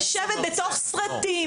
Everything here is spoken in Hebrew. לשבת בתוך סרטים,